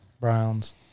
Browns